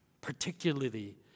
particularly